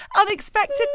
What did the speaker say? unexpected